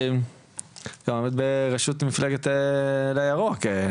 העומד ברשות מפלגת עלה ירוק,